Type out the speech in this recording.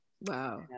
Wow